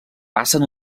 passen